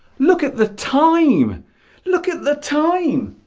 look at the time look at the time